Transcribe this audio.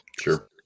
Sure